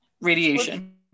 radiation